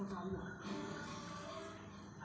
ಸಾಲದ ಎಲ್ಲಾ ಕಂತು ಯಾವಾಗ ಮುಗಿತಾವ ನೋಡಿ ಹೇಳ್ರಿ